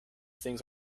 things